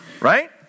Right